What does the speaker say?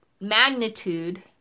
magnitude